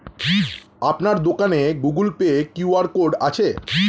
আপনার দোকানে Google Pay QR code আছে?